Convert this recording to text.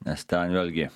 nes ten vėlgi